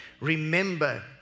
remember